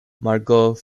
margot